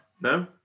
No